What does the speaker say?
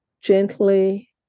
gently